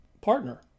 partner